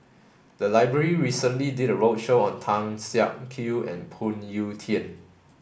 the library recently did a roadshow on Tan Siak Kew and Phoon Yew Tien